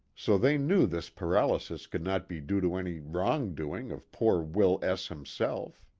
so they knew this paralysis could not be due to any wrong doing of poor will s himself.